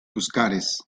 buscares